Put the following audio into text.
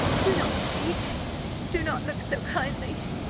do not speak do not look so kindly!